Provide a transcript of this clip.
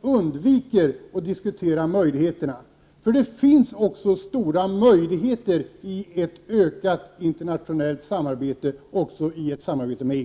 och undviker att diskutera möjligheterna. Det finns nämligen också stora möjligheter i ett ökat internationellt samarbete, även i ett samarbete med EG.